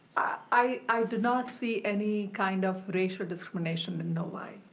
i do not see any kind of racial discrimination in novi.